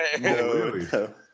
no